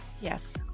Yes